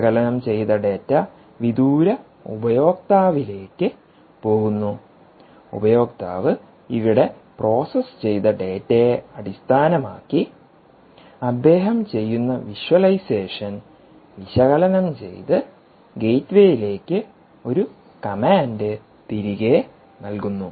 വിശകലനം ചെയ്ത ഡാറ്റ വിദൂര ഉപയോക്താവിലേക്ക് പോകുന്നു ഉപയോക്താവ് ഇവിടെ പ്രോസസ്സ് ചെയ്ത ഡാറ്റയെ അടിസ്ഥാനമാക്കി അദ്ദേഹം ചെയ്യുന്ന വിഷ്വലൈസേഷൻ വിശകലനം ചെയ്ത് ഗേറ്റ്വേയിലേക്ക് ഒരു കമാൻഡ് തിരികെ നൽകുന്നു